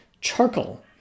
charcoal